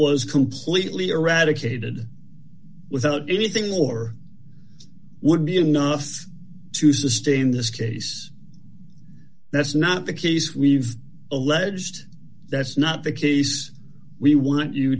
was completely eradicated without anything more would be enough to sustain this case that's not the case we've alleged that's not the case we want you